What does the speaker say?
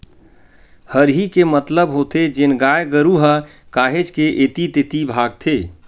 हरही के मतलब होथे जेन गाय गरु ह काहेच के ऐती तेती भागथे